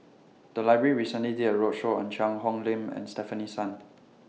The Library recently did A roadshow on Cheang Hong Lim and Stefanie Sun